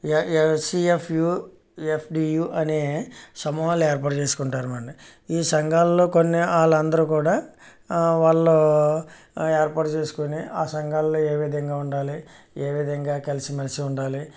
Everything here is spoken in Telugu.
ఎస్సీఎఫ్యు ఎఫ్డీయు అనే సమూహాలు ఏర్పాటు చేసుకుంటారు మరి ఈ సంఘాల్లో కొన్ని వాళ్ళందరూ కూడా వాళ్ళు ఏర్పాటు చేసుకుని ఆ సంఘాల్లో ఏవిధంగా ఉండాలి ఏ విధంగా కలిసిమెలిసి ఉండాలి